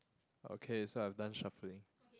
okay so I'm done shuffling